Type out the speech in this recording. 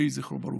יהי זכרו ברוך.